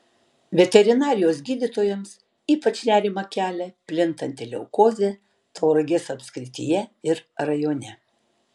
veterinarijos gydytojams ypač nerimą kelia plintanti leukozė tauragės apskrityje ir rajone